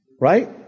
Right